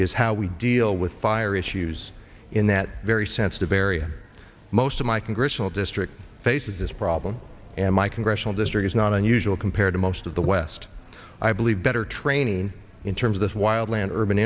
is how we deal with fire issues in that very sensitive area most of my congressional district faces this problem and my congressional district is not unusual compared to most of the west i believe better training in terms of this wild land urban